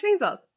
chainsaws